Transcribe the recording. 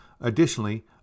Additionally